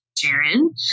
Sharon